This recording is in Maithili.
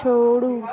छोड़ू